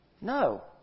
No